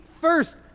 first